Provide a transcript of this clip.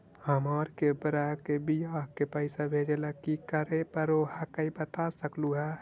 हमार के बह्र के बियाह के पैसा भेजे ला की करे परो हकाई बता सकलुहा?